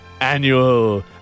Annual